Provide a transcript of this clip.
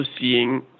seeing